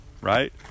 right